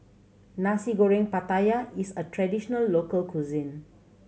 Nasi Goreng Pattaya is a traditional local cuisine